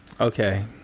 Okay